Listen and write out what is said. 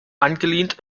angelehnt